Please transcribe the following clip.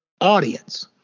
audience